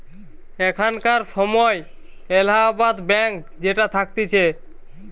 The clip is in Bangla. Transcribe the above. এখানকার সময় এলাহাবাদ ব্যাঙ্ক যেটা থাকতিছে